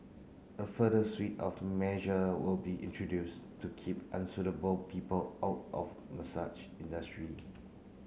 a further suite of measure will be introduced to keep unsuitable people out of massage industry